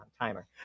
timer